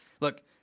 Look